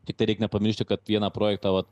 tik tai reik nepamiršti kad vieną projektą